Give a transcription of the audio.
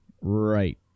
Right